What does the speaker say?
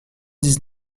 dix